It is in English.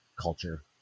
culture